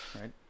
right